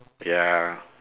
ya